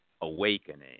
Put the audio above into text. awakening